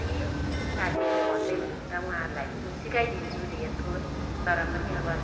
साथीहरूले भन्दै हुनुहुन्छ उहाँहरूलाई पनि म सिकाइदिन्छु धेरथोर तरपनि अब